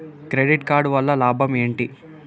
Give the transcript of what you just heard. Credit card వల్ల లాభం ఏంటి?